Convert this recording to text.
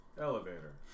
Elevator